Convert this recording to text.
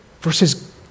versus